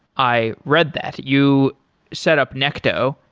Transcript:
i read that you set up necto,